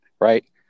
right